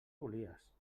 volies